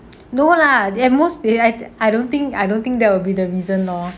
no lah they most they have I don't think I don't think that will be the reason lor